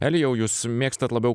elijau jūs mėgstat labiau